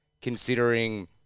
Considering